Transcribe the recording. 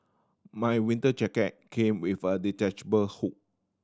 my winter jacket came with a detachable hood